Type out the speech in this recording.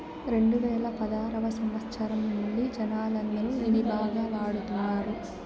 రెండువేల పదారవ సంవచ్చరం నుండి జనాలందరూ ఇవి బాగా వాడుతున్నారు